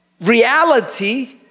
reality